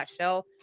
show